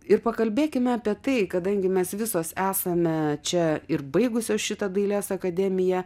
ir pakalbėkime apie tai kadangi mes visos esame čia ir baigusios šitą dailės akademiją